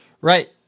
Right